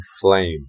flame